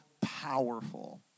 powerful